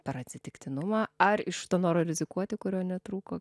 per atsitiktinumą ar iš to noro rizikuoti kurio netrūko